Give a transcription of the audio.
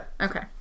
Okay